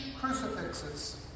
crucifixes